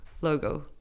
logo